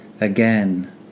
Again